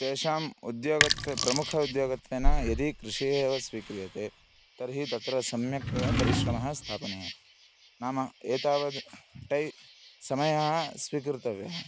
तेषाम् उद्योगत् प्रमुखः उद्योगत्वेन यदि कृषिः एव स्वीक्रियते तर्हि तत्र सम्यक्तया परिश्रमः स्थापनीयः नाम एतावद् टै समयः स्वीकर्तव्यः